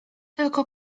tylko